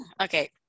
okay